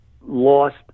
lost